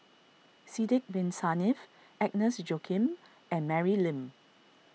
Sidek Bin Saniff Agnes Joaquim and Mary Lim